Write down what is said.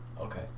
Okay